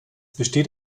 besteht